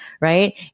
right